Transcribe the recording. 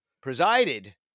presided